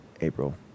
April